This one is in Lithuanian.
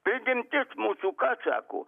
prigimtis mūsų ką sako